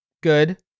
good